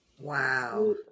Wow